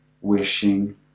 wishing